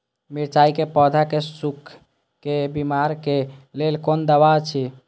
मिरचाई के पौधा के सुखक बिमारी के लेल कोन दवा अछि?